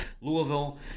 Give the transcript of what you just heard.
Louisville